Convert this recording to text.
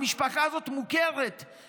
שהמשפחה הזאת מוכרת,